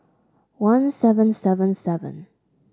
one seven seven seven